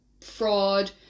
fraud